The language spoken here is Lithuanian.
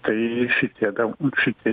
tai šitie gal šiti